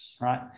right